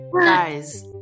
guys